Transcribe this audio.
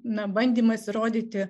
na bandymas įrodyti